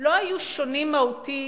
לא היו שונים מהותית